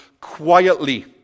quietly